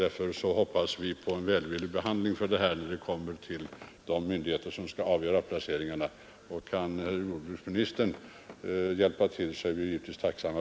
Därför hoppas vi på en välvillig behandling när denna fråga kommer till de myndigheter som skall avgöra placeringarna. Kan herr jordbruksministern hjälpa till så är vi givetvis mycket tacksamma.